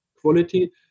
quality